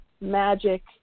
magic